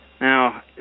now